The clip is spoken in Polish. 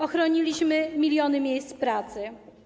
Ochroniliśmy miliony miejsc pracy.